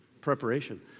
preparation